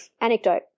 anecdote